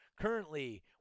currently